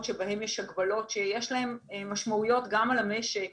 שבהם יש הגבלות שיש להן משמעויות גם על המשק,